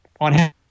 on